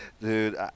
Dude